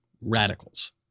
radicals